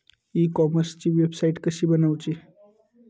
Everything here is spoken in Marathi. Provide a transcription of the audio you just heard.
ई कॉमर्सची वेबसाईट कशी बनवची?